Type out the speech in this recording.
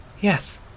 Yes